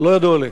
לא ידוע לי.